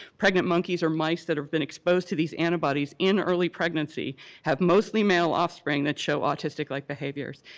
pregnant monkeys or mice that have been exposed to these antibodies in early pregnancy have mostly male offspring that show autistic-like behaviors.